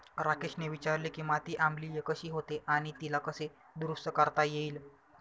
राकेशने विचारले की माती आम्लीय कशी होते आणि तिला कसे दुरुस्त करता येईल?